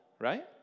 right